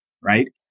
right